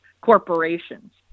corporations